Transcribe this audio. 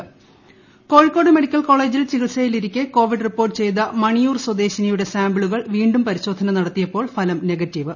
ഷകക covid Kozhikode Kozhikode medical കോളെജിൽ ചികിത്സയിലിരിക്കെ covid report ചെയ്ത മണിയൂർ സ്വദേശിനിയുടെ സാമ്പിളുകൾ വീണ്ടും പരിശോധന നടത്തിയപ്പോൾ ഫലം നെഗറ്റീവ്